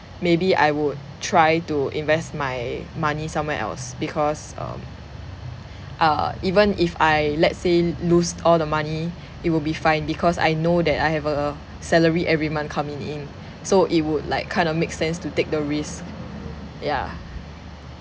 maybe I would try to invest my money somewhere else because um err even if I let's say lose all the money it will be fine because I know that I have a salary every month coming in so it would like kind of make sense to take the risk yeah